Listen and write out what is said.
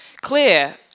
clear